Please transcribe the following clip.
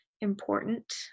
important